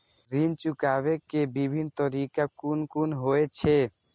ऋण चुकाबे के विभिन्न तरीका कुन कुन होय छे?